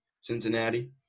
Cincinnati